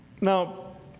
now